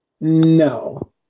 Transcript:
No